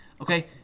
Okay